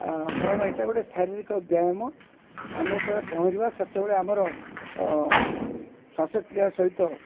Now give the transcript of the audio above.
ଆ କାରଣ ଏଇଟା ଗୋଟେ ଶାରୀରିକ ବ୍ୟାୟାମ ଆମେ ଯେତେବେଳେ ପହଁରିବା ସେତେବେଳେ ଆମର ଶ୍ଵାସକ୍ରିୟା ସହିତ